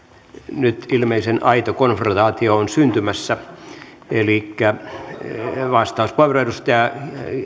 nyt ilmeisen aito konfrontaatio on syntymässä elikkä vastauspuheenvuoro edustaja